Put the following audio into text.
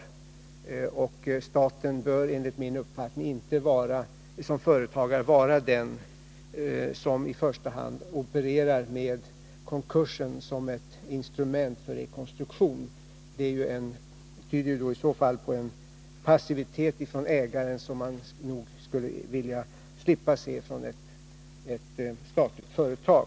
Staten som företagare bör enligt min uppfattning inte vara den som i första hand opererar med konkursen som ett instrument för rekonstruktion. Det tyder i så fall på en passivitet från ägaren som man skulle vilja slippa se hos ett statligt företag.